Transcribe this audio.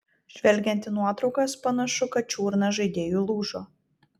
žvelgiant į nuotraukas panašu kad čiurna žaidėjui lūžo